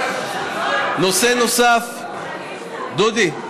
נושא נוסף, דודי?